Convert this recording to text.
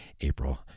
April